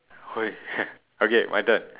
!oi! okay my turn